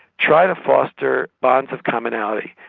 try to foster bonds of commonality.